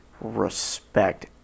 respect